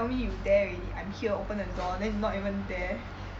tell me you there already I'm here open the door then you not even there